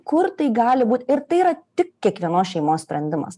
kur tai gali būt ir tai yra tik kiekvienos šeimos sprendimas